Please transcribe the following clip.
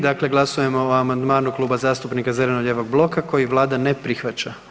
Dakle, glasujemo o amandmanu Kluba zastupnika zeleno-lijevog bloka koji Vlada ne prihvaća.